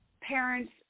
parents